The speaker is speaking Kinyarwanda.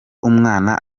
umwana